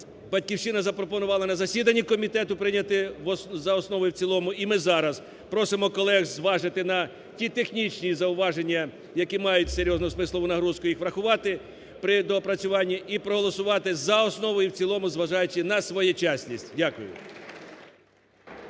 "Батьківщина" запропонувала на засіданні комітету прийняти за основу і в цілому і ми зараз просимо колег зважити на ті технічні зауваження, які мають серйозну смислову нагрузку, їх врахувати при доопрацюванні і проголосувати за основу і в цілому, зважаючи на своєчасність. Дякую.